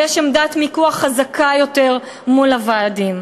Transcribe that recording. יש להן עמדת מיקוח חזקה יותר מול המעביד.